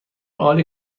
عالی